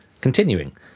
continuing